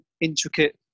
intricate